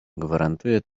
gwarantuje